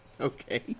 Okay